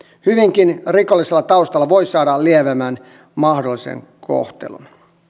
hyvinkin rikollisella taustalla voi saada lievimmän mahdollisen kohtelun